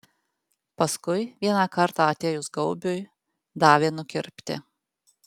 paskui vieną kartą atėjus gaubiui davė nukirpti